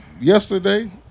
yesterday